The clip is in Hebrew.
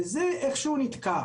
וזה איכשהו נתקע.